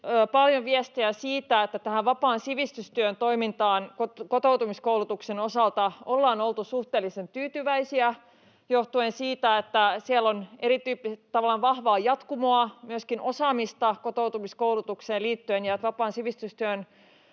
paljon viestiä siitä, että tähän vapaan sivistystyön toimintaan kotoutumiskoulutuksen osalta ollaan oltu suhteellisen tyytyväisiä johtuen siitä, että siellä on tavallaan vahvaa jatkumoa, myöskin osaamista kotoutumiskoulutukseen liittyen ja että vapaan sivistystyön